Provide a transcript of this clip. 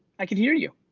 i can hear you.